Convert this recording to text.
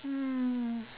hmm